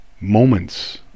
moments